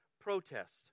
protest